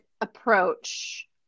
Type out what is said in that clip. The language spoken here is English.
approach